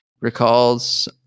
recalls